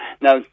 Now